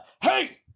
Hey